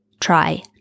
try